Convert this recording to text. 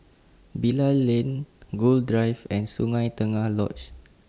Bilal Lane Gul Drive and Sungei Tengah Lodge